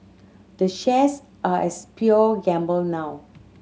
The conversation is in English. the shares are as pure gamble now